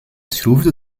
schroefde